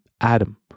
Adam